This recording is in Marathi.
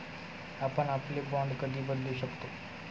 आपण आपले बाँड कधी बदलू शकतो?